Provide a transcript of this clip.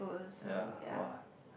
ya !wah!